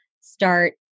start